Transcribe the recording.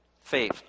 faith